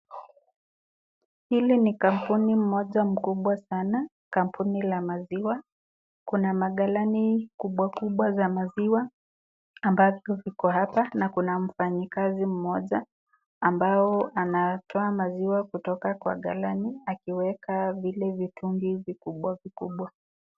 Hili ni kampuni moja kubwa sana kampuni ya mziwa Kuna makalani kubwa kubwa za maziwa ambazo ziko hapa na kuna mfanyikazi moja ambaye anatoa maziwa kutoka kwa kalani akiweka vili mitungi vibwa vikubwa